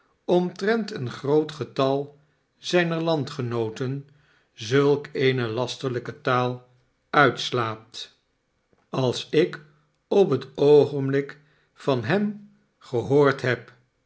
omtrent een groot getal zijner landgenooten zulk eene lasterlijke taal uitslaat als ik op het oogenblik van hem gehoord heb